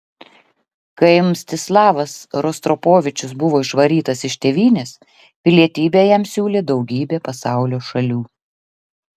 kai mstislavas rostropovičius buvo išvarytas iš tėvynės pilietybę jam siūlė daugybė pasaulio šalių